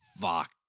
Fuck